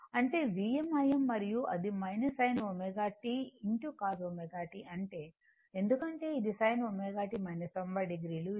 అంటే Vm Im మరియు అది sin ω t cos ω t ఉంటే ఎందుకంటే ఇది sin ω t 90 o ఇది